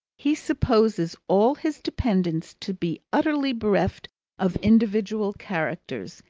he supposes all his dependents to be utterly bereft of individual characters,